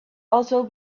also